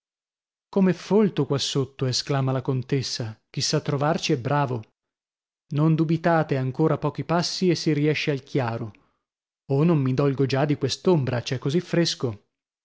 com'è folto qua sotto esclama la contessa chi sa trovarci è bravo non dubitate ancora pochi passi e si riesce al chiaro oh non mi dolgo già di quest'ombra c'è così fresco